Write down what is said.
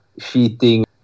cheating